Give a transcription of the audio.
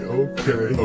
okay